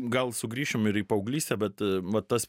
gal sugrįšim ir į paauglystę bet vat tas